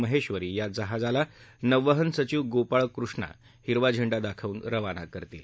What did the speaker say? महेश्वरी या जहाजाला नौवहन सचिव गोपाळ कृष्ण हिरवा झेंडा दाखवून रवाना करतील